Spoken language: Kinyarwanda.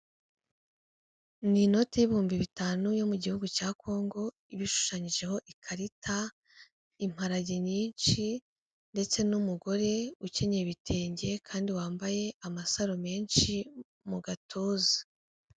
Ni inoti y'ibihumbi bitanu yo mu gihugu cya Kongo, iba ishushanyijeho ikarita, imparage nyinshi ndetse n'umugore ukenye ibitenge kandi wambaye amasaro menshi mu gatuza.